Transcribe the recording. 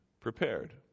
prepared